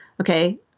okay